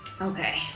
Okay